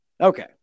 Okay